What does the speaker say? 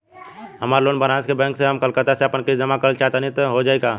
हमार लोन बनारस के बैंक से ह हम कलकत्ता से आपन किस्त जमा कइल चाहत हई हो जाई का?